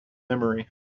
memory